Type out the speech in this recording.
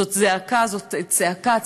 זאת זעקה, זאת צעקה.